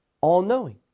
all-knowing